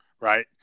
right